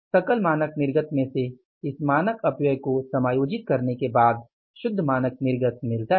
सकल मानक निर्गत में से इस मानक अपव्यय को समायोजित करने के बाद करने के बाद शुद्ध मानक निर्गत मिलता है